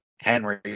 Henry